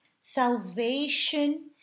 salvation